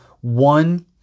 one